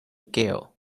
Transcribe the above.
gail